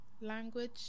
language